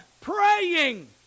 praying